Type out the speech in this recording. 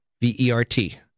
V-E-R-T